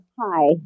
hi